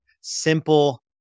simple